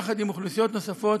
יחד עם אוכלוסיות נוספות